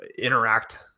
interact